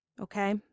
Okay